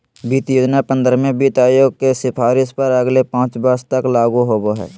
वित्त योजना पंद्रहवें वित्त आयोग के सिफारिश पर अगले पाँच वर्ष तक लागू होबो हइ